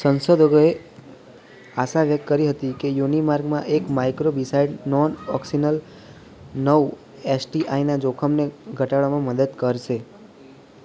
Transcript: સંશોધકોએ આશા વ્યક્ત કરી હતી કે યોનિમાર્ગમાં એક માઈક્રોબિસાઈડ નોનઓક્સિનોલ નવ એસ ટી આઈના જોખમને ઘટાડવામાં મદદ કરશે